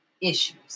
issues